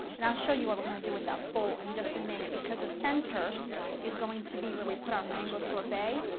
and i'll show you what but going to do with that bowl in just a minute because the center is going to be where we put our mango sorbet.